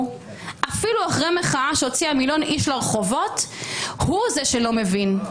אפילו אחרי מחאה שהוציאה מיליון איש לרחובות הוא זה שלא מבין,